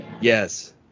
Yes